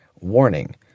Warning